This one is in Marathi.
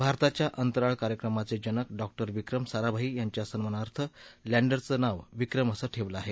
भारताच्या अंतराळ कार्यक्रमाचे जनक डॉक्टर विक्रम साराभाई यांच्या सन्मानार्थ लँडरचं नाव विक्रम असं ठेवलं आहे